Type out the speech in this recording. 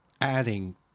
adding